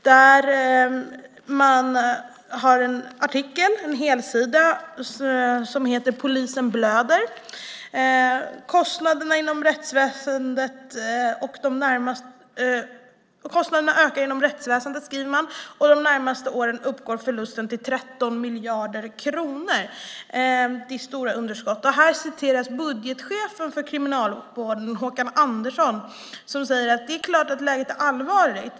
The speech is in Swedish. Där finns en helsidesartikel som heter Polisen blöder. Kostnaderna ökar inom rättsväsendet, skriver man. De närmaste åren uppgår förlusten till 13 miljarder kronor. Det är stora underskott. I artikeln citeras budgetchefen för Kriminalvården, Håkan Andersson. Han säger: Det är klart att läget är allvarligt.